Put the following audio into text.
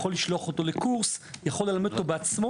הוא יכול לשלוח אותו לקורס, יכול ללמד אותו בעצמו.